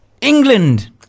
England